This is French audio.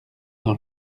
dans